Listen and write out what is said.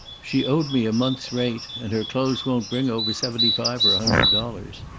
she owed me a month's rent, and her clothes won't bring over seventy-five or a hundred dollars.